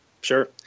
Sure